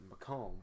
Macomb